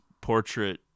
portrait